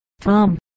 Tom